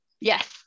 Yes